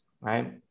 right